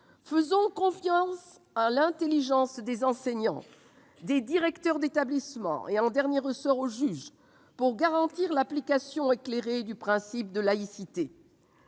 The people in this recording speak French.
Fions-nous à l'intelligence des enseignants, des directeurs d'établissements et, en dernier ressort, au juge pour garantir l'application éclairée du principe de laïcité.